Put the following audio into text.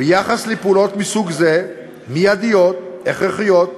ביחס לפעולות מסוג זה, מיידיות, הכרחיות,